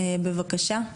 בבקשה.